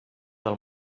del